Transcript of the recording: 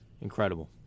Incredible